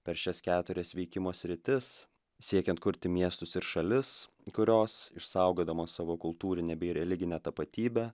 per šias keturias veikimo sritis siekiant kurti miestus ir šalis kurios išsaugodamos savo kultūrinę bei religinę tapatybę